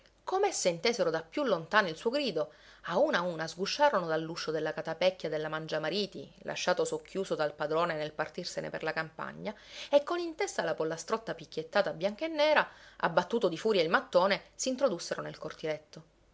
che com'esse intesero da più lontano il suo grido a una a una sgusciarono dall'uscio della catapecchia della mangiamariti lasciato socchiuso dal padrone nel partirsene per la campagna e con in testa la pollastrotta picchiettata bianca e nera